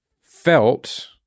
felt